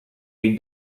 jej